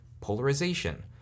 polarization